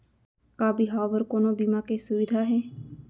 का बिहाव बर कोनो बीमा के सुविधा हे?